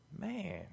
Man